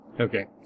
Okay